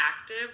active